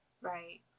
right